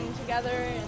together